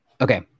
Okay